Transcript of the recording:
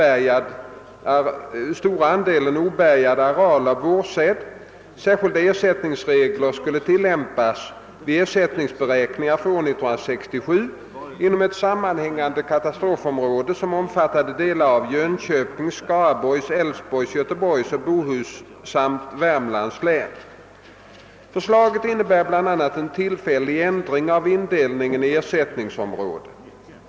andelen obärgad areal av vårsäd, särskilda beräkningsregler skulle tillämpas. vid ersättningsberäkningarna för år.1967 inom ett sammanhängande katastrofområde, som omfattar delar av Jönköpings, Skaraborgs, Älvsborgs, Göteborgs och Bohus. samt Värmlands län. Förslaget innebär bl.a. en tillfällig ändring av indelningen, i ersättningsområden.